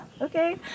okay